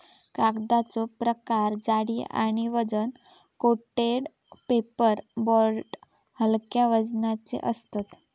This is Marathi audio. कागदाचो प्रकार जाडी आणि वजन कोटेड पेपर बोर्ड हलक्या वजनाचे असतत